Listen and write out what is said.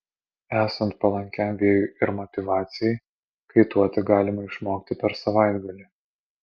esant palankiam vėjui ir motyvacijai kaituoti galima išmokti per savaitgalį